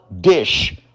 dish